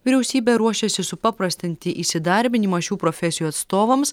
vyriausybė ruošiasi supaprastinti įsidarbinimą šių profesijų atstovams